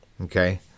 Okay